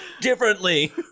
differently